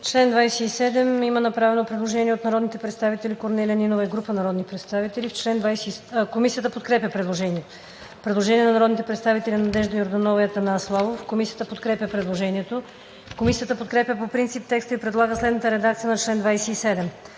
чл. 115 има направено предложение на народния представител Корнелия Нинова и група народни представители. Комисията подкрепя предложението. Предложение на народния представител Ива Митева. Комисията подкрепя предложението. Комисията подкрепя по принцип текста и предлага следната редакция на чл.